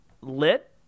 lit